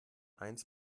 eins